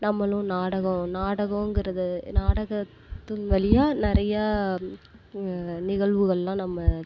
நம்மளும் நாடகம் நாடகோங்கிறது நாடகத்து வழியாக நிறையா நிகழ்வுகளெலாம் நம்ம